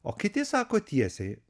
o kiti sako tiesiai